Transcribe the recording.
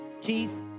teeth